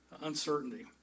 uncertainty